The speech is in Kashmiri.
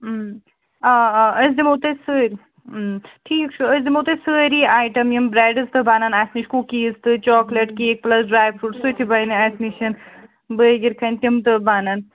آ آ أسۍ دِمَو تۄہہِ سٲری ٹھیٖک چھُ أسۍ دِمَو تۄہہِ سٲری آیٹَم یِم برٛیڈٕس تہِ بَنَن اَسہِ نِش کُکیٖز تہِ chocolate cake plus dry fruit سُہ تہِ بَنہِ اَسہِ نِشَن بٲکِر خانہِ تِم تہِ بَنن